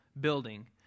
building